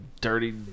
dirty